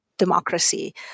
democracy